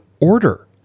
order